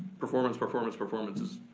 performance, performance, performance is,